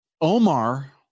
Omar